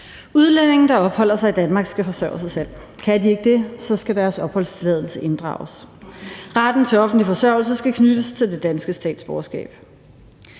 Udlændinge, der opholder sig i Danmark, skal forsørge sig selv. Kan de ikke det, skal deres opholdstilladelse inddrages. Retten til offentlig forsørgelse skal knyttes til det danske statsborgerskab.